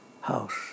house